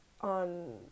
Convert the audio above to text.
on